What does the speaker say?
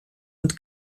und